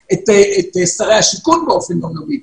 ואת שרי השיכון באופן יום-יומי.